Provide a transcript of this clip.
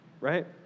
Right